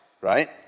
right